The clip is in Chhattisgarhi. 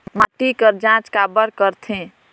माटी कर जांच काबर करथे?